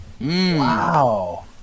Wow